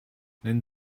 nennen